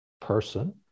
person